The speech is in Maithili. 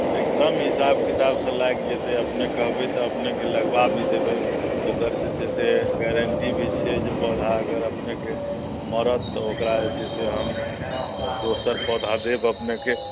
एकदम हिसाब किताबसँ लागि जेतै अपने कहबै तऽ अपनेके लगबा भी देबै ओकर जे छै से गैरेन्टी भी छियै जे पौधा अगर अपनेके मरत तऽ ओकरा जे छै से हम दोसर पौधा देब अपनेकेँ